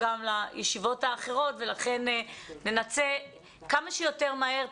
גם לישיבות האחרות ולכן ננסה כמה שיותר מהר,